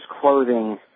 clothing